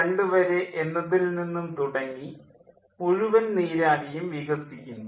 WT എന്നതിൽ നിന്നും തുടങ്ങി മുഴുവൻ നീരാവിയും വികസിക്കുന്നു